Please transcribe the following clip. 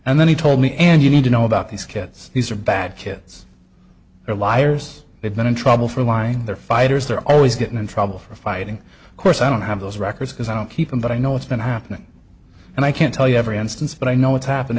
and then he told me and you need to know about these kids these are bad kids they're liars they've been in trouble for lying they're fighters they're always getting in trouble for fighting of course i don't have those records because i don't keep them but i know what's been happening and i can't tell you every instance but i know what's happening